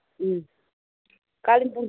अँ कालिम्पोङ